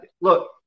Look